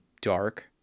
dark